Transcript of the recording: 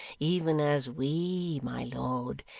even as we, my lord,